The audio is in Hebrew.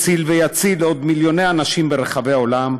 מציל ויציל עוד מיליוני אנשים ברחבי העולם,